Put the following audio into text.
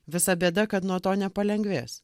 visa bėda kad nuo to nepalengvės